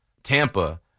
Tampa